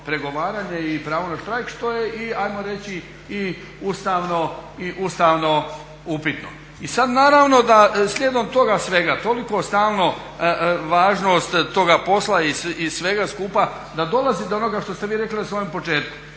pregovaranje i pravo na štrajk što je i ajmo reći i ustavno upitno. I sad naravno da slijedom toga svega toliko stalno važnost toga posla i svega skupa, da dolazi do onoga što ste vi rekli na samom početku,